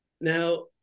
Now